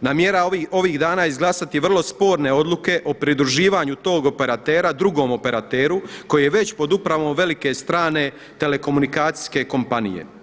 namjerava ovih dana izglasati vrlo sporne odluke o pridruživanju tog operatera drugom operateru koji je već pod upravom velike strane telekomunikacijske kompanije.